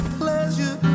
pleasure